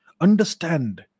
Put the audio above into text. Understand